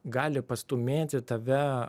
gali pastūmėti tave